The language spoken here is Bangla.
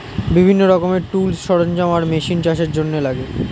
বিভিন্ন রকমের টুলস, সরঞ্জাম আর মেশিন চাষের জন্যে লাগে